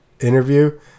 interview